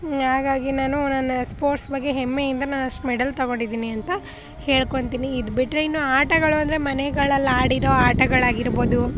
ಹಾಗಾಗಿ ನಾನು ನನ್ನ ಸ್ಪೋರ್ಟ್ಸ್ ಬಗ್ಗೆ ಹೆಮ್ಮೆಯಿಂದ ನಾ ಅಷ್ಟು ಮೆಡಲ್ ತಗೊಂಡಿದ್ದೀನಿ ಅಂತ ಹೇಳ್ಕೊಳ್ತೀನಿ ಇದು ಬಿಟ್ಟರೆ ಇನ್ನೂ ಆಟಗಳು ಅಂದರೆ ಮನೆಗಳಲ್ಲಾಡಿರೋ ಆಟಗಳಾಗಿರ್ಬೋದು